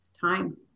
time